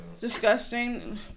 Disgusting